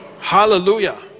hallelujah